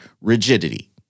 rigidity